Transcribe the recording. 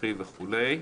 והכרחי וכולי,